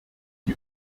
die